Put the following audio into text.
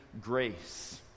grace